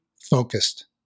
focused